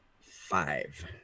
five